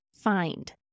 find